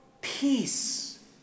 peace